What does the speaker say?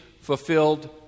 fulfilled